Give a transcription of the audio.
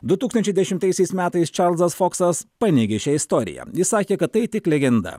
du tūkstančiai dešimtaisiais metais čarlzas foksas paneigė šią istoriją jis sakė kad tai tik legenda